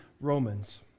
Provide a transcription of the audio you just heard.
Romans